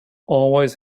always